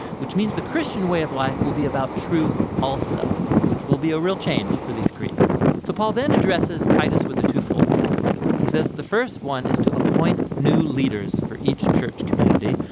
which means the christian way of life will be about truth also, which will be a real change for these cretans. so paul then addresses titus with a two-fold task. he says the first one is to appoint new leaders for each church community,